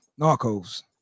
Narcos